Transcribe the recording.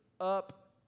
up